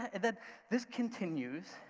and then this continues,